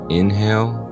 inhale